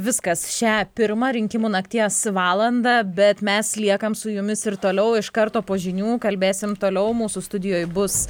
viskas šią pirmą rinkimų nakties valandą bet mes liekam su jumis ir toliau iš karto po žinių kalbėsim toliau mūsų studijoje bus